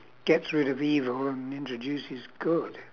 gets rid of evil and introduces good